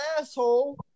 asshole